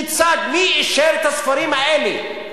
כיצד, מי אישר את הספרים האלה?